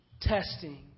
Testing